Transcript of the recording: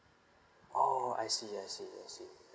oh I see I see I see